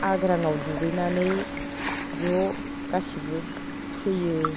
आग्रांआव दुगैनानै ज' गासैबो फैयो